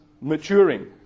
maturing